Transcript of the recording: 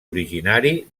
originari